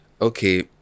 Okay